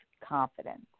confidence